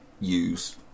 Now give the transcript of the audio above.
use